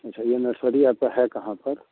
अच्छा ये नरसरी आपका है कहाँ पर